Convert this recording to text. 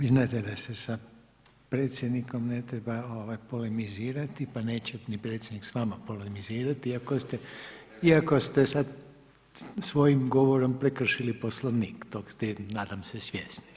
I znajte da se sa predsjednikom ne treba polemizirati pa neće ni predsjednik s vama polemizirati, iako ste sad svojim govorom prekršili Poslovnik, tog ste nadam se svjesni.